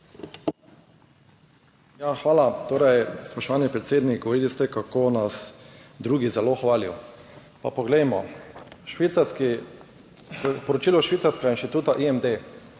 Hvala. Spoštovani predsednik, govorili ste, kako nas drugi zelo hvalijo. Pa poglejmo. Poročilo švicarskega inštituta IMD.